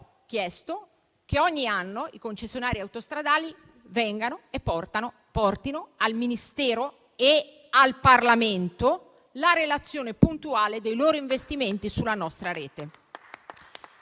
che ogni anno i concessionari autostradali consegnino al Ministero e al Parlamento la relazione puntuale dei loro investimenti sulla nostra rete.